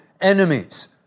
enemies